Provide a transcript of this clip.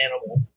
animal